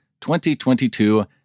2022